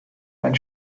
einen